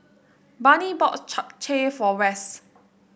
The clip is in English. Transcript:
Barney bought Japchae for Wes